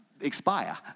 expire